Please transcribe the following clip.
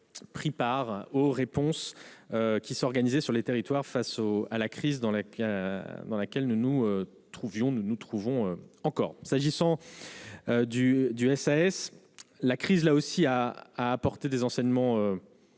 pris part aux réponses qui s'organisaient sur les territoires face à la crise dans laquelle nous nous trouvons encore. En ce qui concerne le SAS, la crise a apporté des enseignements importants,